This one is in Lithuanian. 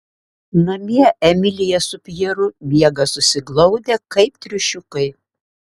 namie emilija su pjeru miega susiglaudę kaip triušiukai